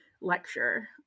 lecture